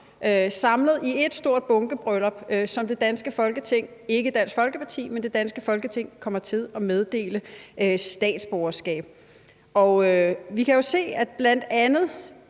samlet i ét stort bunkebryllup, som det danske Folketing – ikke Dansk Folkeparti – kommer til at meddele statsborgerskab. Vi kan jo se, at bl.a.